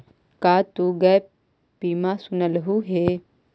का तु गैप बीमा सुनलहुं हे?